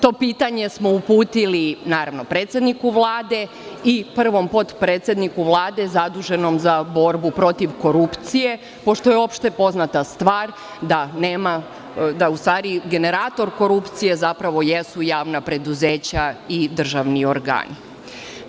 To pitanje smo uputili, naravno, predsedniku Vlade i prvom potpredsedniku Vlade zaduženom za borbu protiv korupcije, pošto je opšte poznata stvar da su generator korupcije javna preduzeća i državni organi.